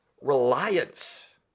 reliance